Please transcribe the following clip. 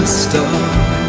stop